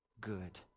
good